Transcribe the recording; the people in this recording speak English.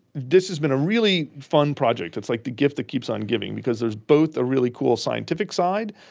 this has been a really fun project, it's like the gift that keeps on giving because there is both a really cool scientific side,